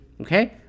Okay